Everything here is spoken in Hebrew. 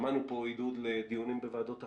שמענו פה עידוד לדיונים בוועדות אחרות,